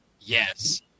yes